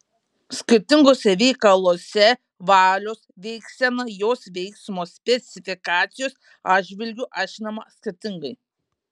skirtinguose veikaluose valios veiksena jos veiksmo specifikacijos atžvilgiu aiškinama skirtingai